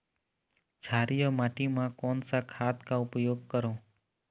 क्षारीय माटी मा कोन सा खाद का उपयोग करों?